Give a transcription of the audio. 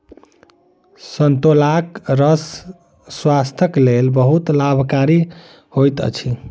संतोलाक रस स्वास्थ्यक लेल बहुत लाभकारी होइत अछि